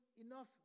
enough